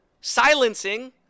silencing